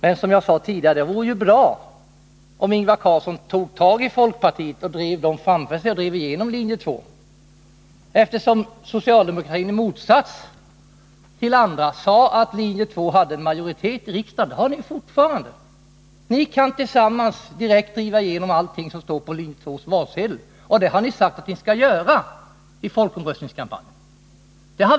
Men, som sagt, det vore ju bra om Ingvar Carlsson tog tag i folkpartisterna och drev igenom linje 2, eftersom socialdemokraterna i motsats till andra sade att linje 2 har majoritet i riksdagen. Det har ni fortfarande, ni kan tillsammans direkt driva igenom allt vad som står på linje 2:s valsedel. Under folkomröstningskampanjen sade ni också att ni skulle 21 göra detta.